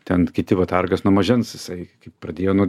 ten kiti vat argas nuo mažens jisai kaip pradėjo nuo